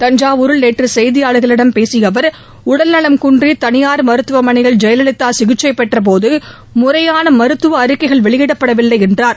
தஞ்சாவூரில் நேற்று செய்தியாளர்களிடம் பேசிய அவர் உடல்நவம் குன்றி தனியார் மருத்துவமனையில் ஜெயலலிதா சிகிச்சை பெற்றபோது முறையான மருத்துவ அறிக்கைகள் வெளியிடப்படவில்லை என்றார்